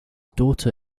daughter